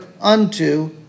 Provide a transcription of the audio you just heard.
unto